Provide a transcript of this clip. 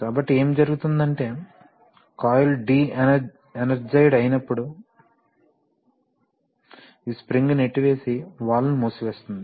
కాబట్టి ఏమి జరుగుతుందంటే కాయిల్ డి ఎనర్జైజ్ అయినప్పుడు ఈ స్ప్రింగ్ నెట్టివేసి వాల్వ్ను మూసివేస్తుంది